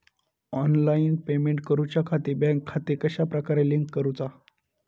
Online payment करुच्याखाती bank खाते कश्या प्रकारे लिंक करुचा?